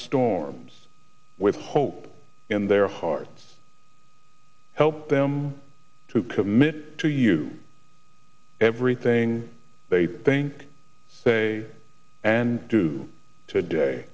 storms with hope in their hearts help them to commit to you everything they think say and do today